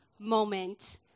moment